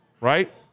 Right